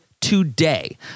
today